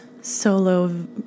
solo